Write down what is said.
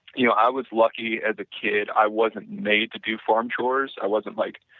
you know i was lucky as a kid, i wasn't made to do farm chores, i wasn't like,